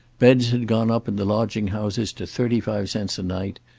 beds had gone up in the lodging-houses to thirty-five cents a night,